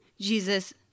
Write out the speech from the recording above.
Jesus